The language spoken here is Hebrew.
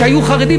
שהיו חרדים,